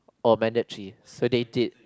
oh mandatory so they did